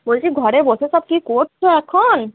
বলছি ঘরে বসে সব কী করছ এখন